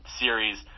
series